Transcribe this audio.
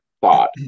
thought